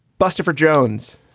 buster for jones.